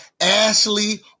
Ashley